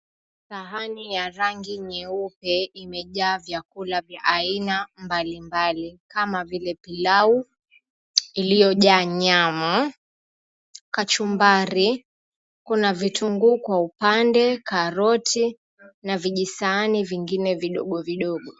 Sahani ya rangi nyeupe imejaa vyakula vya aina mbalimbali kama vile pilau iliyojaa nyama, kachumbari, kuna vitunguu kwa upande, karoti na vijisahani vingine vidogovidogo.